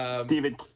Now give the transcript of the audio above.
Stephen